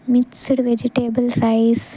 mixed vegetable rice